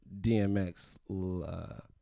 DMX